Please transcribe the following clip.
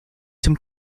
zum